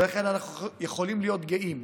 ולכן אנחנו יכולים להיות גאים.